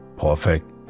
Perfect